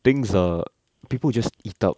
things are people just eat up